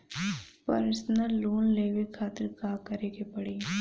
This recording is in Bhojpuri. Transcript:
परसनल लोन लेवे खातिर का करे के पड़ी?